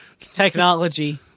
technology